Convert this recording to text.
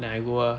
I go ah